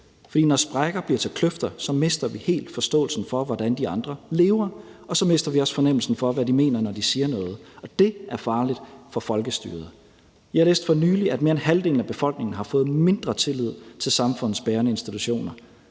Når sprækker bliver til kløfter, mister vi helt forståelsen for, hvordan de andre lever, og så mister vi også fornemmelsen for, hvad de mener, når de siger noget, og det er farligt for folkestyret. Jeg læste for nylig, at mere end halvdelen af befolkningen har fået mindre tillid til samfundsbærende institutioner.